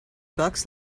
bucks